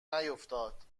نیفتاد